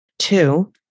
Two